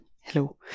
Hello